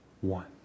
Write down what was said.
one